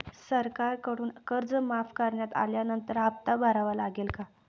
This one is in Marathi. सरकारकडून कर्ज माफ करण्यात आल्यानंतर हप्ता भरावा लागेल का?